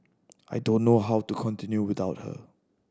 I don't know how to continue without her